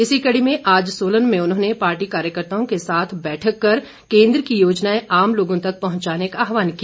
इसी कड़ी में आज सोलन में उन्होंने पार्टी कार्यकर्त्ताओं के साथ बैठक कर केंद्र की योजनाएं आम लोगों तक पहुंचाने का आह्वान किया